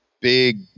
big